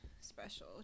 special